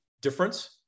difference